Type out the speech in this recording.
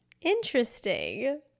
Interesting